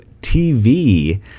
TV